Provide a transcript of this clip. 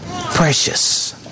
precious